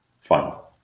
final